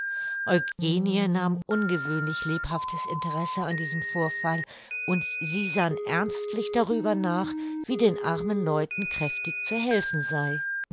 nahm ungewöhnlich lebhaftes interesse an diesem vorfall und sie sann ernstlich darüber nach wie den armen leuten kräftig zu helfen sei